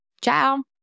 Ciao